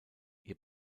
ihr